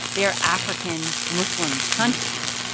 they are african muslim countries.